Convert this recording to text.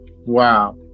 wow